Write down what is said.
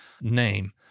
name